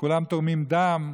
כולם תורמים דם,